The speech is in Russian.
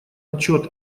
отчет